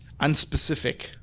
unspecific